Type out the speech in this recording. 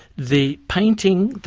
the painting,